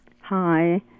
Hi